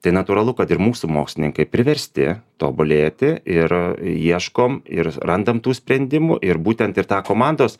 tai natūralu kad ir mūsų mokslininkai priversti tobulėti ir ieškom ir randam tų sprendimų ir būtent ir tą komandos